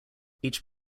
each